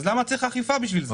אז למה צריך אכיפה בשביל זה?